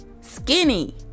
skinny